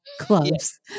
clubs